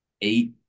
eight